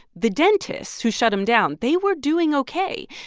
the dentists who shut them down, they were doing ok.